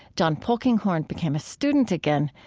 john polkinghorne became a student again,